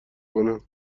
کنم